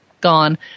gone